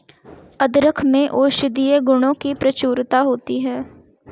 अदरक में औषधीय गुणों की प्रचुरता होती है